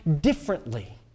differently